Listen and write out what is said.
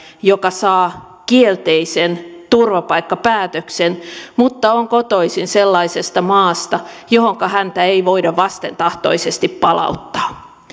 joka saa kielteisen turvapaikkapäätöksen mutta on kotoisin sellaisesta maasta johonka häntä ei voida vastentahtoisesti palauttaa